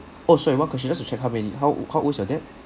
oh sorry one question just to check how many how how old is your dad